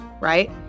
right